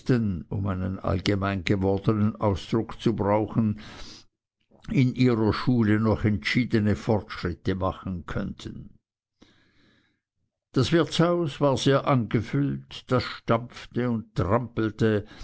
allgemein gewordenen ausdruck zu brauchen in ihrer schule noch entschiedene fortschritte machen könnten das wirtshaus war sehr angefüllt das stampfte und trampelte